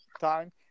time